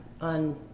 on